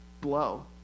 blow